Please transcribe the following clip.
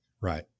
Right